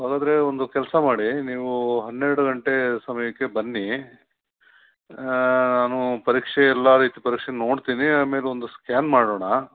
so ಹಾಗಾದರೆ ಒಂದು ಕೆಲಸ ಮಾಡಿ ನೀವು ಹನ್ನೆರಡು ಗಂಟೆ ಸಮಯಕ್ಕೆ ಬನ್ನೀ ನಾನು ಪರೀಕ್ಷೆ ಎಲ್ಲ ರೀತಿ ಪರೀಕ್ಷೆ ನೋಡ್ತಿನಿ ಆಮೇಲೆ ಒಂದು ಸ್ಕ್ಯಾನ್ ಮಾಡೋಣ